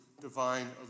divine